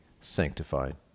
sanctified